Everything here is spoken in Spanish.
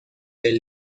del